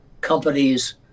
companies